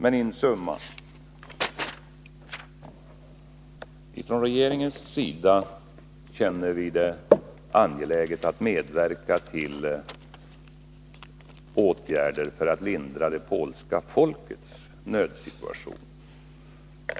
In summa: Från regeringens sida känner vi det angeläget att medverka till åtgärder för att lindra det polska folkets nödsituation.